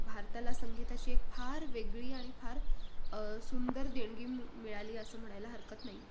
भारताला संगीताची एक फार वेगळी आणि फार सुंदर देणगी मिळाली असं म्हणायला हरकत नाही